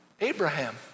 Abraham